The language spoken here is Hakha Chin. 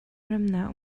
remnak